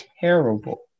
terrible